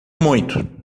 muito